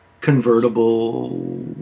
convertible